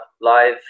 live